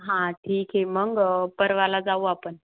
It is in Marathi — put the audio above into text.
हां ठीक आहे मग परवा जाऊ आपण